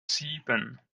sieben